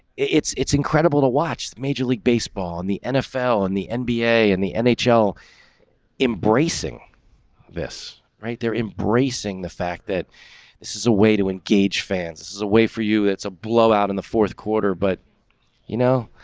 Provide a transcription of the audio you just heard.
it's it's incredible to watch major league baseball in the nfl in the n b a in the nhl embracing this right there, embracing the fact that this is a way to engage fans. this is a way for you. it's a blowout in the fourth quarter. but you know,